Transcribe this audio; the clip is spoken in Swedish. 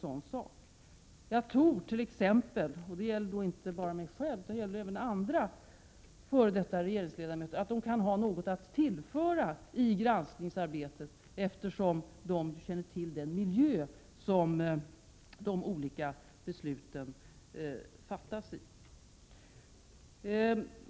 Jag tror att f.d. regeringsledamöter — det gäller inte bara mig själv utan även andra — kan ha något att tillföra i granskningsarbetet, eftersom de känner till den miljö som de olika besluten fattas i.